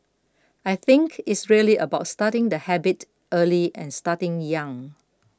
I think it's really about starting the habit early and starting young